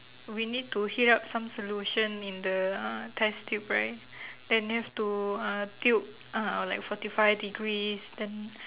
we need to heat up some solution in the uh test tube right then have to uh tilt uh like forty five degrees then